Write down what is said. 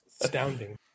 astounding